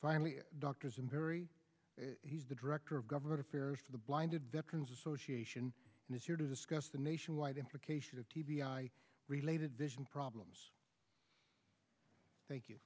finally doctors and very he's the director of government affairs for the blinded veterans association and is here to discuss the nationwide implications of t b i related vision problems thank you